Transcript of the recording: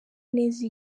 neza